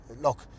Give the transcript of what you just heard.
look